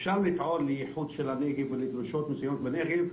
אפשר לטעון לייחוד של הנגב ולדרישות מסוימות בנגב,